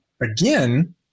again